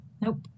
Nope